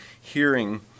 hearing